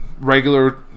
regular